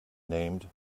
named